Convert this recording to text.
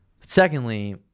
secondly